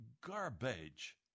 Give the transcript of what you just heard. Garbage